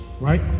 Right